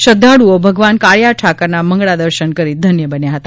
શ્રધ્ધાળુઓ ભગવાન કાળિયા ઠાકરના મંગળા દર્શન કરી ધન્ય બન્યા હતા